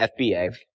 FBA